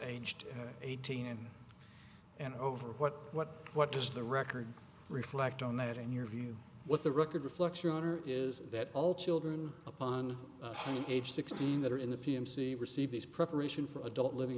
aged eighteen and over what what what does the record reflect on that in your view what the record reflects your honor is that all children upon any age sixteen that are in the p m c receive these preparation for adult living